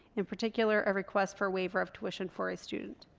in particular a request for waiver of tuition for a student.